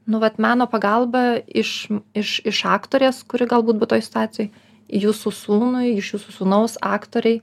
nu vat meno pagalba iš iš iš aktorės kuri galbūt buvo toj situacijoj jūsų sūnui iš jūsų sūnaus aktorei